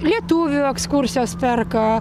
lietuvių ekskursijos perka